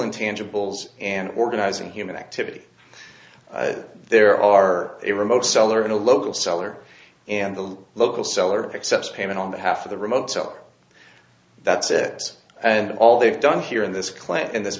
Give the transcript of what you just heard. intangibles and organizing human activity there are a remote seller in a local seller and the local seller accepts payment on behalf of the remote seller that's it and all they've done here in this clan in this